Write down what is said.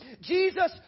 Jesus